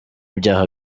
byaha